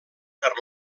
per